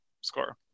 score